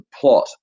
plot